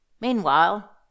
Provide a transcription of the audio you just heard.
Meanwhile